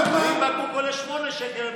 ואם בקבוק עולה 8 שקל,